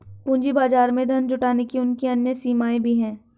पूंजी बाजार में धन जुटाने की उनकी अन्य सीमाएँ भी हैं